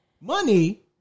money